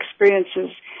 experiences